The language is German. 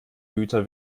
güter